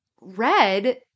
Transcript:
Red